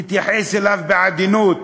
נתייחס אליו בעדינות,